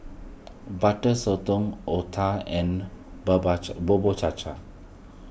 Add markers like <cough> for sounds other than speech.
Butter Sotong Otah and <unintelligible> Bubur Cha Cha